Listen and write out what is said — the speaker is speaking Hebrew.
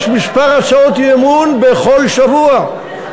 יש כמה הצעות אי-אמון בכל שבוע.